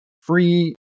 free